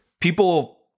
people